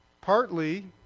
partly